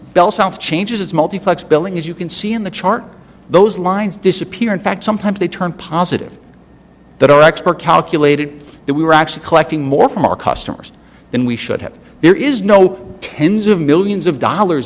bell south changes its multiplex billing as you can see in the chart those lines disappear in fact sometimes they turn positive that are expert calculated that we were actually collecting more from our customers than we should have there is no ten's of millions of dollars